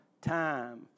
time